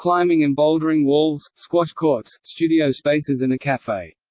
climbing and bouldering walls, squash courts, studio spaces and a cafe.